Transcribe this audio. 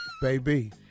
Baby